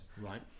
Right